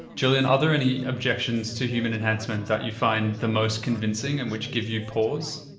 julian, are there any objections to human enhancement that you find the most convincing and which give you pause?